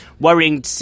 Worrying